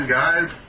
guys